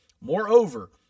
Moreover